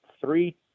three